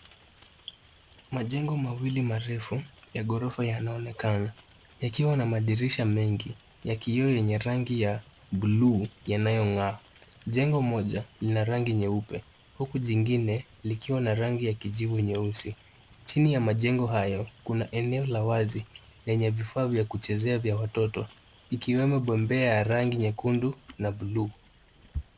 Majengo mawili marefu ya ghorofa yanaonekana yakiwa na madirisha mengi ya kioo yenye rangi ya buluu yanayong'aa. Jengo moja lina rangi nyeupe huku jingine likiwa na rangi ya kijivu nyeusi. Chini ya majengo hayo kuna eneo la wazi lenye vifaa vya kuchezea vya watoto, ikiwemo bembea ya rangi nyekundu na buluu.